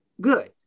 good